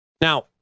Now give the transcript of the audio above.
Now